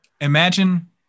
Imagine